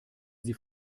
sie